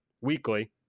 weekly